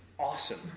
awesome